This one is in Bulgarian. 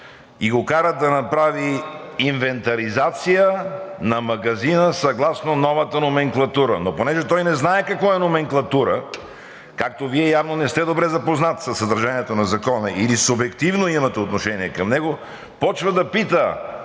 и го карат да направи инвентаризация на магазина съгласно новата номенклатура, но понеже той не знае какво е номенклатура – както Вие явно не сте добре запознат със съдържанието на Закона или субективно имате отношение към него, почва да пита